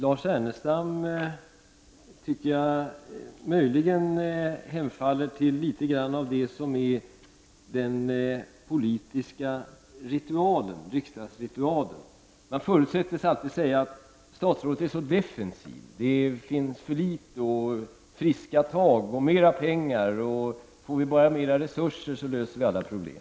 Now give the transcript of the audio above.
Fru talman! Jag tycker nog att Lars Ernestam i någon mån hemfaller åt, skulle jag vilja säga, den politiska riksdagsritualen. Man förutsättes alltid säga att statsrådet är så defensiv, att det finns för litet av det och det samt att det behövs friska tag och mera pengar -- får man bara mera resurser löses alla problem.